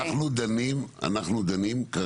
אנחנו דנים כרגע